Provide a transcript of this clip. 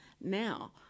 now